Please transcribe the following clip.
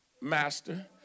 Master